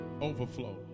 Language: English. overflow